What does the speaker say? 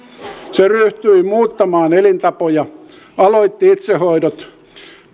se ryhtyi muuttamaan elintapoja aloitti itsehoidot